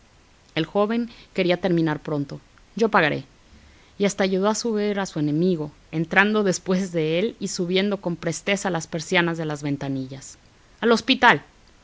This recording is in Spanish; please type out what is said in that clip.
el joven quería terminar pronto yo pagaré y hasta ayudó a subir a su enemigo entrando después de él y subiendo con presteza las persianas de las ventanillas al hospital